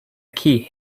key